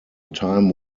time